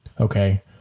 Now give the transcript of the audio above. Okay